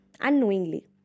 unknowingly